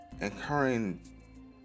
incurring